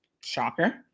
shocker